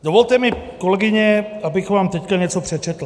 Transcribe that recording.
Dovolte mi, kolegyně, abych vám teď něco přečetl.